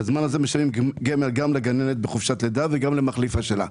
בזמן הזה משלמים גמל גם לגננת בחופשת לידה וגם למחליפה שלה.